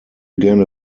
gerne